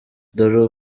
dore